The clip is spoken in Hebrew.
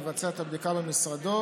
לבצע את הבדיקה במשרדו,